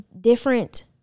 different